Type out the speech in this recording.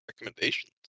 recommendations